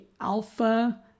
alpha